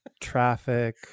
Traffic